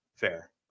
Fair